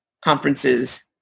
conferences